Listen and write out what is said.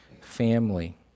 family